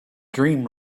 dream